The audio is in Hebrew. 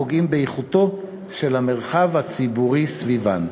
הפוגעים באיכותו של המרחב הציבורי סביבן.